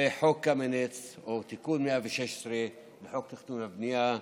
וחוק קמיניץ, או תיקון 116 לחוק התכנון והבנייה,